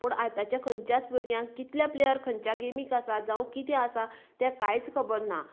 पूण आताच्या खंयच्याच भुरग्यांक कितलें प्लेयर खंयच्या गेमीक आसा जावं कितें आसा तें कांयच खबर ना